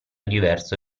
diverso